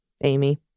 Amy